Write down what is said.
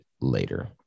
later